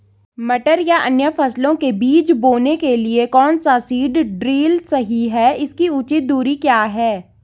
मटर या अन्य फसलों के बीज बोने के लिए कौन सा सीड ड्रील सही है इसकी उचित दूरी क्या है?